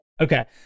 Okay